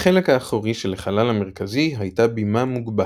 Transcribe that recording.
בחלק האחורי של החלל המרכזי הייתה בימה מוגבהת.